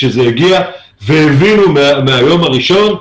כשזה הגיע והבינו מהיום הראשון,